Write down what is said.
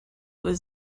was